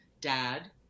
Dad